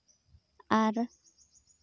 ᱟᱨ